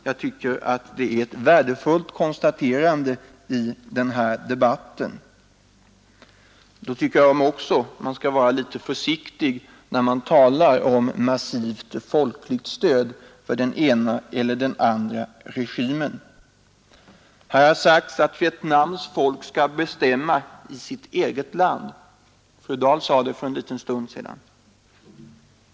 Jag tycker att det är ett värdefullt konstaterande i den här debatten — men då skall man väl också vara litet försiktig med att tala om massivt folkligt stöd för den ena eller den andra regimen. Här har sagts att Vietnams folk skall bestämma i sitt eget land; fru Dahl sade det för en liten stund sedan.